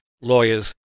lawyers